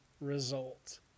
result